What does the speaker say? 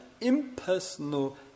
impersonal